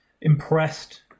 impressed